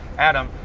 adam,